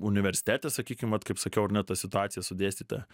universitete sakykim vat kaip sakiau ar ne ta situacija su dėstytoja